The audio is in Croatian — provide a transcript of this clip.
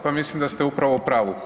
Pa mislim da ste upravo u pravu.